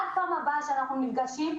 עד הפעם הבאה שאנחנו נפגשים,